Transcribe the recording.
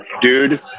Dude